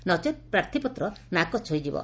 ନଚେତ ପ୍ରାର୍ଥୀପତ୍ର ନାକଚ ହୋଇଯିବ